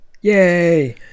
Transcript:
Yay